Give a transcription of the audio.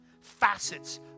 facets